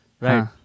right